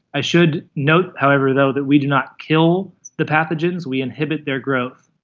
i should note however though that we do not kill the pathogens, we inhibit their growth.